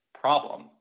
problem